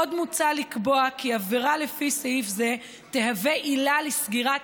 עוד מוצע לקבוע כי עבירה לפי סעיף זה תהווה עילה לסגירת